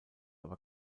aber